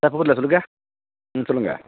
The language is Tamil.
சார் புரியல சொல்லுங்கள் ம் சொல்லுங்கள்